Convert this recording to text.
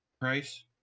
price